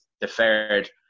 deferred